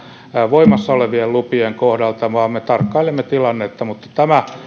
voimassa olevien lupien kohdalta vaan me tarkkailemme tilannetta mutta tämä